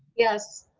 yes.